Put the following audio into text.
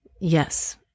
Yes